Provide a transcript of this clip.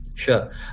Sure